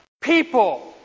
people